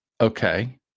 Okay